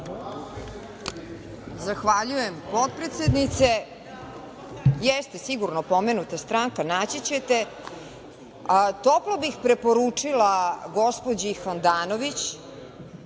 Zahvaljujem, potpredsednice. Jeste sigurno pomenuta stranka. Naći ćete. Toplo bih preporučila gospođi Handanović